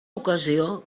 ocasió